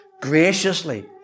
graciously